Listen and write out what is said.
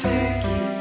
Turkey